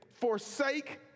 forsake